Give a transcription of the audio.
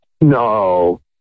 No